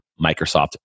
Microsoft